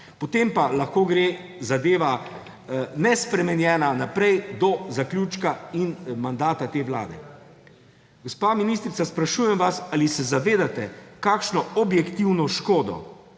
Potem pa lahko gre zadeva nespremenjena naprej do zaključka in mandata te vlade. Gospa ministrica, sprašujem vas: Ali se zavedate, kakšno objektivno škodo